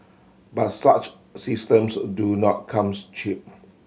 but such systems do not comes cheap